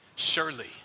Surely